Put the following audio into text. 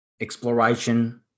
exploration